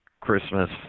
Christmas –